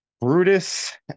brutus